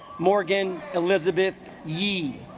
morgan elizabeth ye